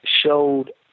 showed